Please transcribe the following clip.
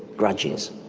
grudges.